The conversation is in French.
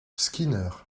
skinner